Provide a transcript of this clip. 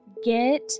Get